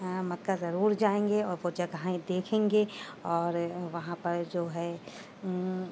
مکہ ضرور جائیں گے اور وہ جگہیں دیکھیں گے اور وہاں پر جو ہے